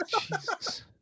Jesus